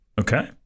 Okay